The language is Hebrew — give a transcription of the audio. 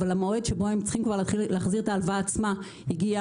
אבל המועד שבו הם צריכים כבר להתחיל להחזיר את הלוואה עצמה הגיע.